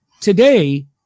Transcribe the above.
Today